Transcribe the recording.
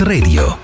Radio